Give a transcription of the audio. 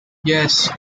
yes